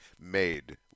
made